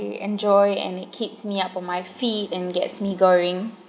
enjoy and it keeps me up on my feet and gets me going